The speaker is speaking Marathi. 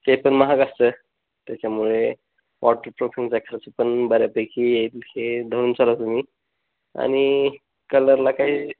ते पण महाग असतं त्याच्यामुळे वॉटर प्रूफिनचा खर्च पण बऱ्यापैकी येईल हे धरून चाला तुम्ही आणि कलरला काही